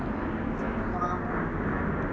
!wow!